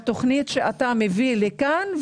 בתוכנית שאתה מביא לכאן,